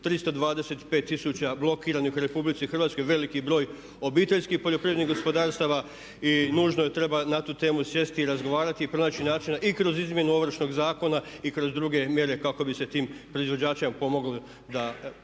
325 tisuća blokiranih u Republici Hrvatskoj veliki broj obiteljskih poljoprivrednih gospodarstava. Nužno treba na tu temu sjesti i razgovarati i pronaći načina i kroz izmjenu Ovršnog zakona i kroz druge mjere kako bi se tim proizvođačima pomoglo da